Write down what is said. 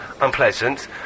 unpleasant